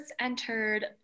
entered